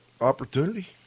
opportunity